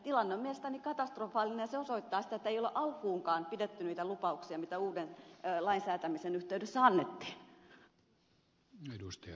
tilanne on mielestäni katastrofaalinen ja se osoittaa sen ettei ole alkuunkaan pidetty niitä lupauksia mitä uuden lain säätämisen yhteydessä annettiin